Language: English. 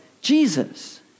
Jesus